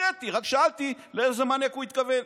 הקראתי ורק שאלתי לאיזה מניאק הוא התכוון.